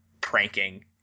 pranking